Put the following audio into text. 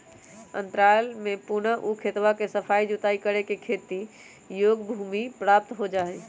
अंतराल में पुनः ऊ खेतवा के सफाई जुताई करके खेती योग्य भूमि प्राप्त हो जाहई